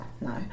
No